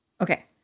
Okay